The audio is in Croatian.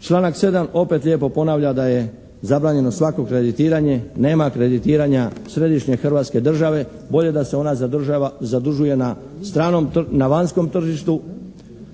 članak 7. opet lijepo ponavlja da je zabranjeno svako kreditiranje, nema kreditiranja središnje Hrvatske države, bolje da se ona zadužuje na vanjskom tržištu,